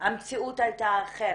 המציאות היתה אחרת,